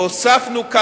והוספנו,